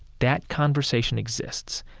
that conversation exists.